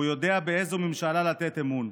והוא יודע באיזו ממשלה לתת אמון.